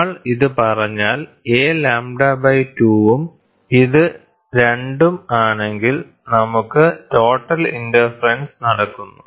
നമ്മൾ ഇത് പറഞ്ഞാൽ aλ2 ഉം ഇത് 2 ഉം ആണെങ്കിൽ നമുക്ക് ടോട്ടൽ ഇന്റർഫെറെൻസ് നടക്കുന്നു